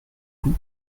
vous